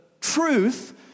truth